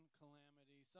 calamity